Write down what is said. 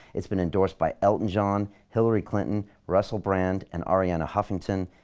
it's been endorsed by elton john, hilary clinton, russell brand, and arianna huffington.